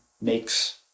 makes